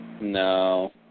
No